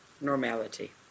normality